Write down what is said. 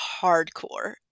hardcore